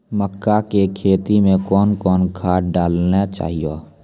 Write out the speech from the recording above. मक्का के खेती मे कौन कौन खाद डालने चाहिए?